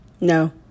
No